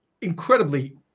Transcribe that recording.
incredibly